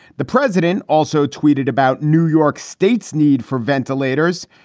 the president also tweeted about new york state's need for ventilators,